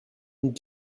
and